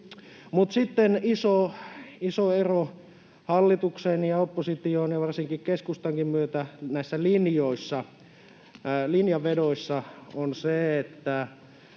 Sitten iso ero hallituksen ja opposition ja varsinkin keskustankin myötä näissä linjanvedoissa on se, että